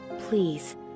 Please